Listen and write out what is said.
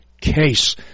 case